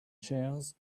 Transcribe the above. chairs